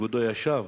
כבודו ישב